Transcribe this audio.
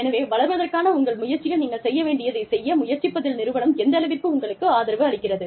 எனவே வளர்வதற்கான உங்கள் முயற்சியில் நீங்கள் செய்ய வேண்டியதைச் செய்ய முயற்சிப்பதில் நிறுவனம் எந்தளவிற்கு உங்களுக்கு ஆதரவு அளிக்கிறது